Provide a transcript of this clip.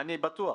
אני בטוח.